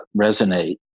resonate